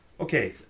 Okay